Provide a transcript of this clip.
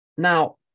Now